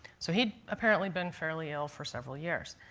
so he had apparently been fairly ill for several years.